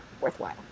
worthwhile